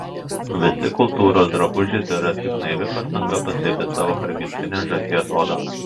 visi kultūros drabužiai tėra tik naivi pastanga paslėpti savo prigimtinę žąsies odą